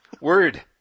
word